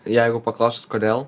jeigu paklausit kodėl